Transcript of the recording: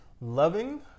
Loving